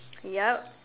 yup